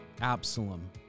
Absalom